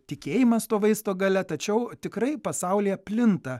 tikėjimas to vaisto galia tačiau tikrai pasaulyje plinta